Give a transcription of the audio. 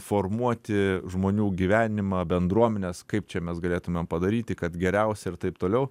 formuoti žmonių gyvenimą bendruomenes kaip čia mes galėtumėm padaryti kad geriausia ir taip toliau